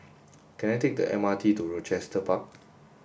can I take the M R T to Rochester Park